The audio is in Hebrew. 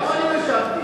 למה אני לא השבתי?